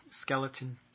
skeleton